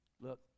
look